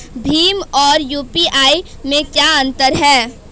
भीम और यू.पी.आई में क्या अंतर है?